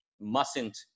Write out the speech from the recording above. mustn't